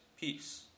peace